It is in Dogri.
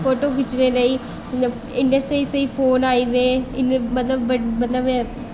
फोटो खिच्चने लेई इन्ने स्हेई स्हेई फोन आई दे इन्ने मतलब इ'नें